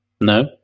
No